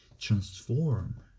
transform